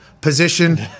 position